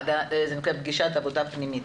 פגישת עבודה פנימית.